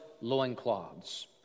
loincloths